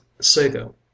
sago